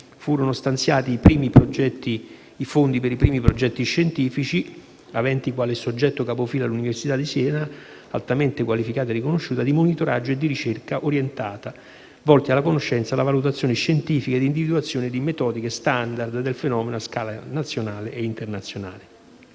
furono stanziati i fondi per i primi progetti scientifici, aventi quale soggetto capofila l'Università di Siena (altamente qualificata e riconosciuta), di monitoraggio e «ricerca orientata», volti alla conoscenza e alla valutazione scientifica di individuazione di metodiche *standard* del fenomeno su scala nazionale e internazionale.